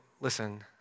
listen